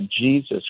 Jesus